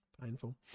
Painful